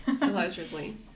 Allegedly